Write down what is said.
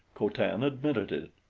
co-tan admitted it.